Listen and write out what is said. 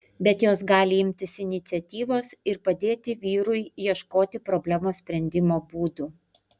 bet jos gali imtis iniciatyvos ir padėti vyrui ieškoti problemos sprendimo būdų